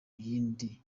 yindi